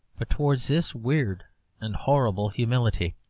but towards this weird and horrible humility.